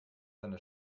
seine